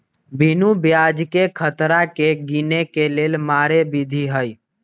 बिनु ब्याजकें खतरा के गिने के लेल मारे विधी हइ